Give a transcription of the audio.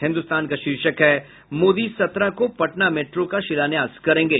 हिन्दुस्तान का शीर्षक है मोदी सत्रह को पटना मेट्रो का शिलान्यास करेंगे